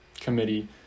committee